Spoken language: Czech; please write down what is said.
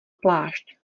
plášť